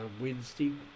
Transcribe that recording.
Wednesday